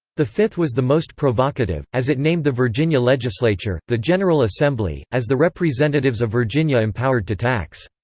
the fifth was the most provocative, as it named the virginia legislature, the general assembly, as the representatives of virginia empowered to tax.